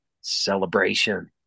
celebration